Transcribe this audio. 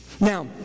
Now